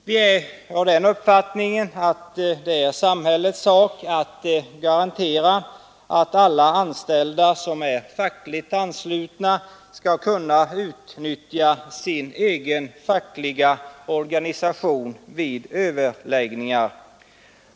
Vi är av den uppfattningen att det är samhällets sak att garantera att alla anställda som är fackligt anslutna skall kunna utnyttja sin egen fackliga organisation vid överläggningar.